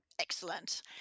Excellent